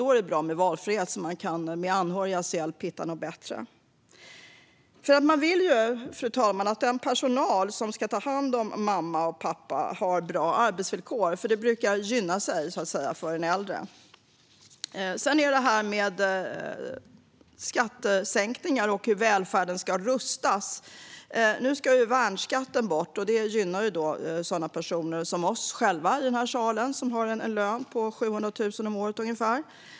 Då är det bra med valfrihet så att man med anhörigas hjälp kan hitta något bättre. Vi vill ju, fru talman, att den personal som ska ta hand om mamma och pappa har bra arbetsvillkor, för det brukar gynna den äldre. Sedan har vi det här med skattesänkningar och hur välfärden ska rustas. Nu ska värnskatten bort, och det gynnar personer som oss i den här salen som har en lön på ungefär 700 000 kronor om året.